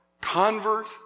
convert